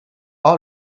all